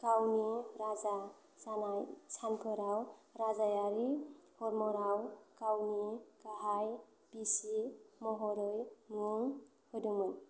गावनि राजा जानाय सानफोराव राजायारि हरमआव गावनि गाहाय बिसि महरै मुं होदोंमोन